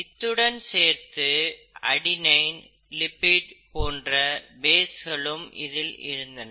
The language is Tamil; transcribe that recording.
இத்துடன் சேர்த்து அடினைன் லிப்பிட் போன்ற பேசும் இதில் இருந்தன